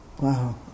Wow